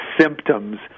symptoms